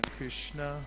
Krishna